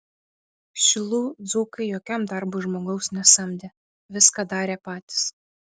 šilų dzūkai jokiam darbui žmogaus nesamdė viską darė patys